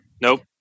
Nope